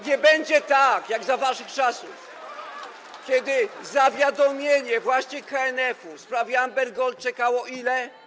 Nie będzie tak jak za waszych czasów, kiedy to zawiadomienie właśnie KNF-u w sprawie Amber Gold czekało ile?